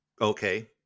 Okay